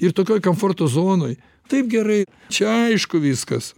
ir tokioj kamforto zonoj taip gerai čia aišku viskas